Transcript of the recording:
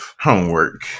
homework